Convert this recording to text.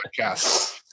podcast